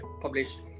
published